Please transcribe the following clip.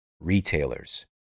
retailers